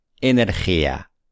Energía